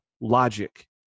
logic